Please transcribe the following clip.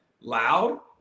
loud